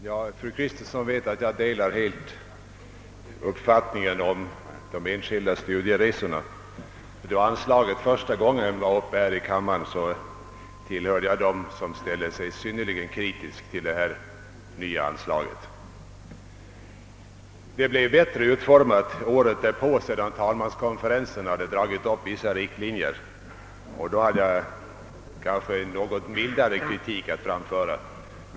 Herr talman! Fru Kristensson vet att jag helt delar uppfattningen om de enskilda studieresorna. Då frågan om anslag för det ändamålet första gången var uppe här i kammaren, tillhörde jag dem som ställde sig synnerligen kritiska till det nya anslaget. Bestämmelserna i fråga om anslaget blev bättre utformade året därpå, sedan talmanskonferensen hade dragit upp vissa riktlinjer, och då framförde jag en något mildare kritik.